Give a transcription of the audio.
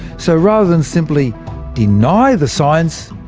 so rather than simply deny the science,